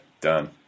done